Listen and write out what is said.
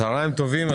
צוהריים טובים.